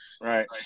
right